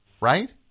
Right